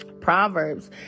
Proverbs